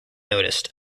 noticed